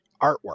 artwork